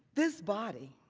this body